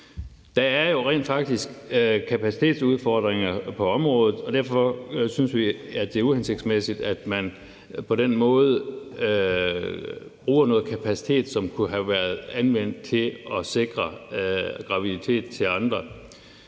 Der er jo rent faktisk kapacitetsudfordringer på området, og derfor synes vi, at det er uhensigtsmæssigt, at man på den måde bruger noget kapacitet, som kunne have været anvendt til at sikre graviditet til andre.